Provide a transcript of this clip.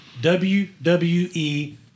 WWE